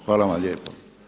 Hvala vam lijepa.